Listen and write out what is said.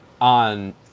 on